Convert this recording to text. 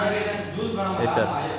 yes sir